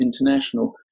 International